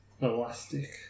Elastic